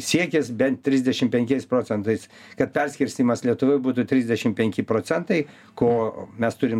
siekis bent trisdešim penkiais procentais kad perskirstymas lietuvoj būtų trisdešim penki procentai ko mes turim